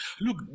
Look